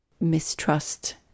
mistrust